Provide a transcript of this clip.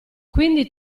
quindi